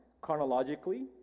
chronologically